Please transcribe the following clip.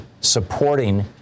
supporting